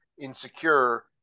insecure